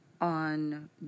on